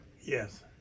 Yes